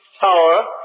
Tower